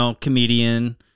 comedian